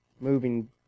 moving